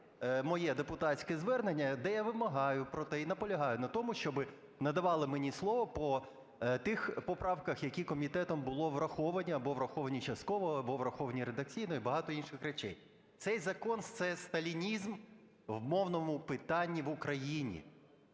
моє депутатське звернення, де я вимагаю про те і наполягаю на тому, щоби надавали мені слово по тих поправках, які комітетом були враховані: або враховані частково, або враховані редакційно і багато інших речей. Цей закон – це сталінізм в мовному питанні в Україні.